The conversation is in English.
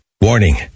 Warning